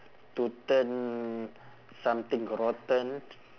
to turn something rotten